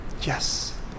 yes